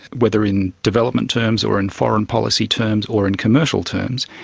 whether in development terms or in foreign policy terms or in commercial terms,